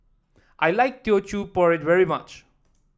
I like Teochew Porridge very much